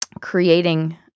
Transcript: creating